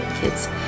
kids